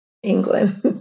England